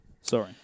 Sorry